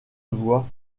voit